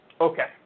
Okay